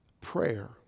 prayer